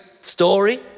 story